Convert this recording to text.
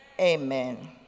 Amen